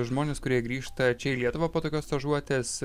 žmonės kurie grįžta čia į lietuvą po tokios stažuotės